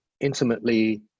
intimately